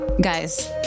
Guys